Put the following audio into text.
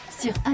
sur